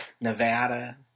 Nevada